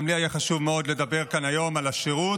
גם לי היה חשוב מאוד לדבר כאן היום על השירות,